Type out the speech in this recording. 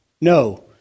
No